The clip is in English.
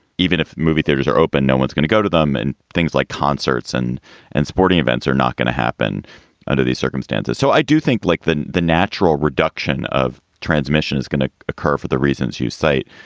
even if movie theaters are open, no one's going to go to them. and things like concerts and and sporting events are not going to happen under these circumstances. so i do think, like the the natural reduction of transmission is going to occur for the reasons you cite,